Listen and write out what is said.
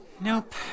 Nope